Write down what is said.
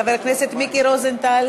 חבר הכנסת מיקי רוזנטל.